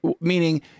Meaning